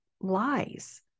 lies